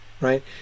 right